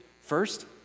First